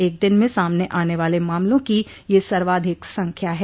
एक दिन में सामने आने वाले मामलों को यह सर्वाधिक संख्या है